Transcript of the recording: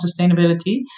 sustainability